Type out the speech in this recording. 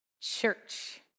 church